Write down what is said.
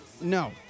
No